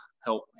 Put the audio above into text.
help